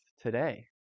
today